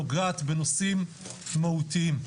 נוגעת בנושאים מהותיים.